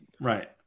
Right